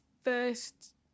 first